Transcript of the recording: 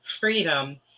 freedom